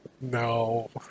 No